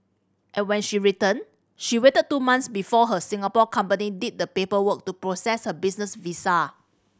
and when she returned she waited two months before her Singapore company did the paperwork to process her business visa